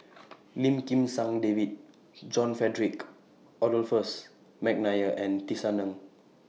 Lim Kim San David John Frederick Adolphus Mcnair and Tisa Ng